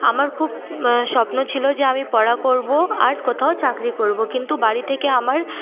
আমার খুব স্বপ্ন ছিল যে আমি পড়া করব আর কোথাও চাকরি করব কিন্তু বাড়ি থেকে আমার